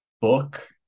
book